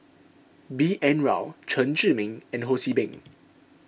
B N Rao Chen Zhiming and Ho See Beng